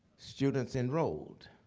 students enrolled,